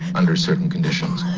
under certain conditions,